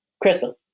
Crystal